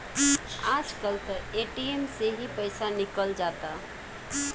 आज कल त ए.टी.एम से ही पईसा निकल जाता